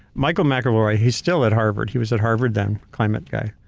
michael mcelroy, he's still at harvard, he was at harvard then, climate guy,